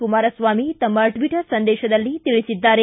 ಕುಮಾರಸ್ವಾಮಿ ತಮ್ಮ ಟ್ವೀಟರ್ ಸಂದೇತದಲ್ಲಿ ತಿಳಿಸಿದ್ದಾರೆ